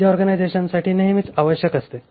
जे ऑर्गनायझेशनसाठी नेहमीच आवश्यक असते